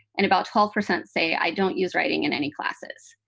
and about twelve percent say, i don't use writing in any classes.